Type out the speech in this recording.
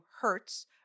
Hertz